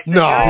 no